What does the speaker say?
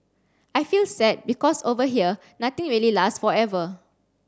I feel sad because over here nothing really lasts forever